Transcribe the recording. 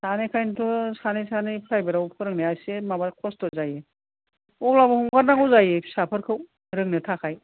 सानैखायनोथ' सानै सानै फ्राइभेतयाव फोरोंनाया एसे माबा खष्ट जायो अब्लाबो हगारनांगौ जायो फिसाफोरखौ रोंनो थाखाय